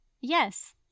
Yes